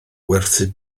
werthu